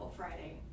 Friday